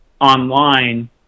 online